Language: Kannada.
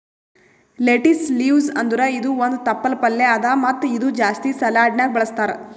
ಲೆಟಿಸ್ ಲೀವ್ಸ್ ಅಂದುರ್ ಇದು ಒಂದ್ ತಪ್ಪಲ್ ಪಲ್ಯಾ ಅದಾ ಮತ್ತ ಇದು ಜಾಸ್ತಿ ಸಲಾಡ್ನ್ಯಾಗ ಬಳಸ್ತಾರ್